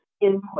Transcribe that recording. input